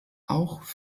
auch